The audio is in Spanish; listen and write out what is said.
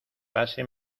pase